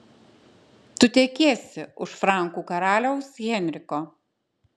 tu tekėsi už frankų karaliaus henriko